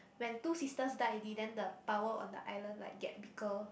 when two sisters died already then the power one the island like get weaker